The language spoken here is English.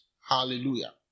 Hallelujah